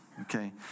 okay